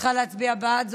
צריכה להצביע בעד.